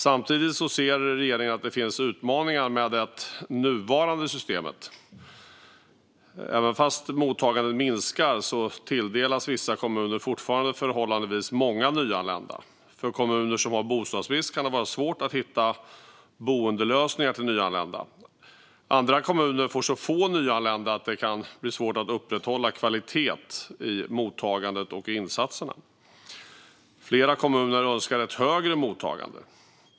Samtidigt ser regeringen att det finns utmaningar med det nuvarande systemet. Även om mottagandet minskar tilldelas vissa kommuner fortfarande förhållandevis många nyanlända. För kommuner som har bostadsbrist kan det vara svårt att hitta boendelösningar till nyanlända. Andra kommuner får så få nyanlända att det kan bli svårt att upprätthålla kvalitet i mottagandet och i insatserna. Flera kommuner önskar ett högre mottagande.